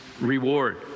reward